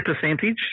percentage